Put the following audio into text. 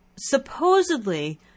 supposedly